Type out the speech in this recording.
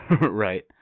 Right